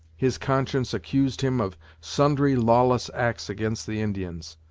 his conscience accused him of sundry lawless acts against the indians,